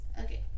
okay